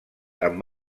amb